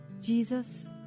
Jesus